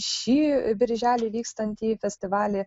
šį birželį vykstantį festivalį